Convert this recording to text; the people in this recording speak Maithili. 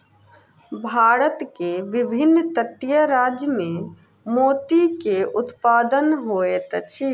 भारत के विभिन्न तटीय राज्य में मोती के उत्पादन होइत अछि